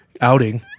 outing